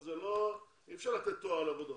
אבל אי אפשר לתת תואר על עבודות.